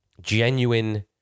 genuine